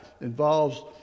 involves